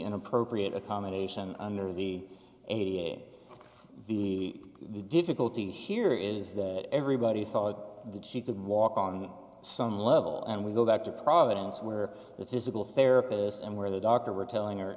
an appropriate accommodation under the ada the difficulty here is that everybody thought that she could walk on some level and we go back to providence where the physical therapist and where the doctor were telling her